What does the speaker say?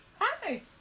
Hi